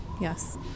Yes